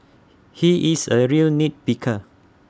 he is A real nit picker